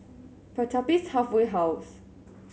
Pertapis Halfway House